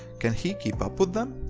can he keep up with them?